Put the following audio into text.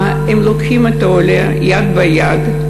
הם לוקחים את העולה יד ביד,